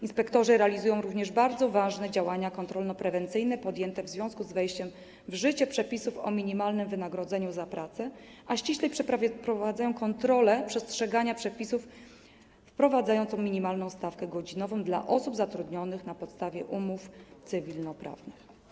Inspektorzy realizują również bardzo ważne działania kontrolno-prewencyjne w związku z wejściem w życie przepisów o minimalnym wynagrodzeniu za pracę, a ściślej: przeprowadzają kontrole przestrzegania przepisów wprowadzających minimalną stawkę godzinową dla osób zatrudnionych na podstawie umów cywilnoprawnych.